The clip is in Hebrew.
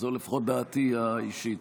זו לפחות דעתי האישית.